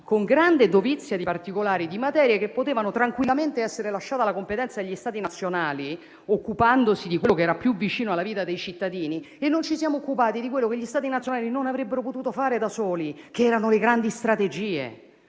con grande dovizia di particolari, di materie che potevano tranquillamente essere lasciate alla competenza degli Stati nazionali, occupandosi di quello che era più vicino alla vita dei cittadini, mentre non ci siamo occupati di quello che gli Stati nazionali non avrebbero potuto fare da soli, che erano le grandi strategie.